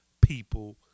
people